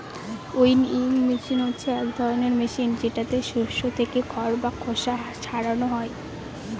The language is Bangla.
উইনউইং মেশিন হচ্ছে এক ধরনের মেশিন যেটাতে শস্য থেকে খড় বা খোসা ছারানো হয়